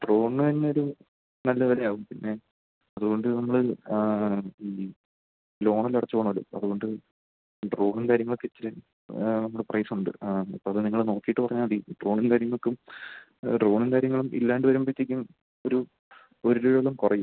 ഡ്രോണിന് തന്നെയൊരു നല്ല വിലയാകും പിന്നെ അതുകൊണ്ട് നമ്മള് ഈ ലോണെല്ലാം അടച്ച് പോകണമല്ലോ അതുകൊണ്ട് ഡ്രോണും കാര്യങ്ങളുമൊക്കെ ഇത്തിരി നമ്മുടെ പ്രൈസുണ്ട് ആ അപ്പോളത് നിങ്ങള് നോക്കിയിട്ട് പറഞ്ഞാല് മതി ഡ്രോണിനും കാര്യങ്ങള്ക്കും ഡ്രോണും കാര്യങ്ങളുമില്ലാതെ വരുമ്പോഴത്തേക്കും ഒരു ഒരു രൂപയോളം കുറയും